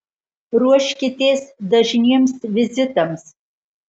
ruoškitės dažniems vizitams